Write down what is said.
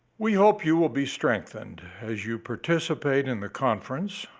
we hope you will be strengthened as you participate in the conference,